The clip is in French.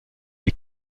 les